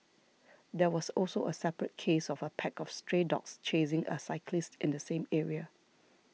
there was also a separate case of a pack of stray dogs chasing a cyclist in the same area